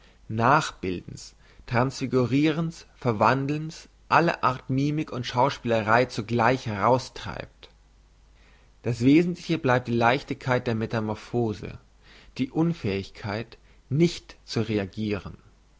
nachbildens transfigurirens verwandelns alle art mimik und schauspielerei zugleich heraustreibt das wesentliche bleibt die leichtigkeit der metamorphose die unfähigkeit nicht zu reagiren